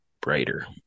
brighter